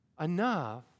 enough